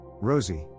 rosie